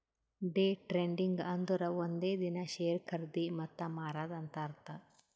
day trading ಅಂದುರ್ ಒಂದೇ ದಿನಾ ಶೇರ್ ಖರ್ದಿ ಮತ್ತ ಮಾರಾದ್ ಅಂತ್ ಅರ್ಥಾ